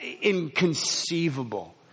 inconceivable